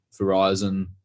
Verizon